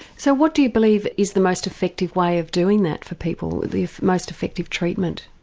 so what do you believe is the most effective way of doing that for people, the most effective treatment